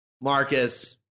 Marcus